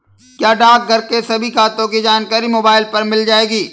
क्या डाकघर के सभी खातों की जानकारी मोबाइल पर मिल जाएगी?